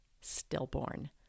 Stillborn